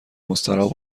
مستراح